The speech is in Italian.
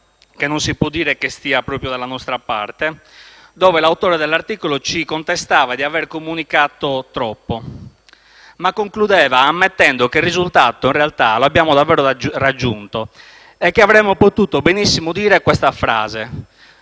che non si può dire stia proprio dalla nostra parte. L'autore dell'articolo ci contesta di aver comunicato troppo, ma conclude ammettendo che il risultato, in realtà, lo abbiamo davvero raggiunto e avremmo potuto benissimo pronunciare